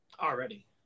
Already